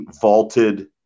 vaulted